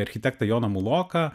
architektą joną muloką